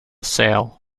sail